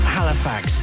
Halifax